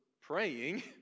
praying